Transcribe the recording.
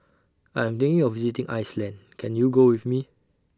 I Am thinking of visiting Iceland Can YOU Go with Me